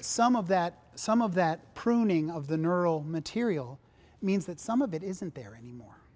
some of that some of that pruning of the neural material means that some of it isn't there any more